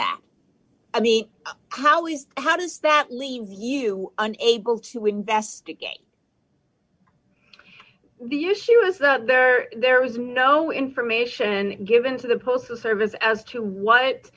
that i mean how is how does that leave you unable to investigate the issue is that there there is no information given to the postal service as to what